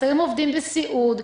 חסרים עובדים בסיעוד,